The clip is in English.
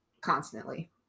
constantly